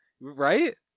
Right